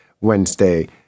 Wednesday